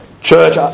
Church